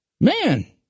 Man